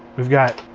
we've got,